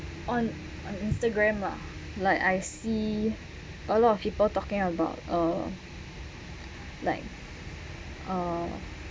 on on instagram ah like I see a lot of people talking about uh like uh